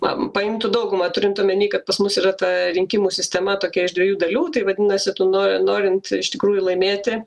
na paimtų daugumą turint omeny kad pas mus yra ta rinkimų sistema tokia iš dviejų dalių tai vadinasi tu no norint iš tikrųjų laimėti